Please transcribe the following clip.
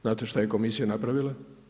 Znate šta je komisija napravila?